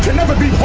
never be